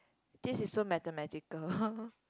this is so mathematical